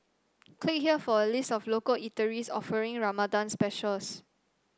click here for a list of local eateries offering Ramadan specials